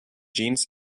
jeans